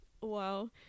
wow